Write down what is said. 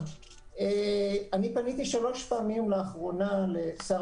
אני פניתי שלוש פעמים לאחרונה לשר